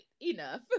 enough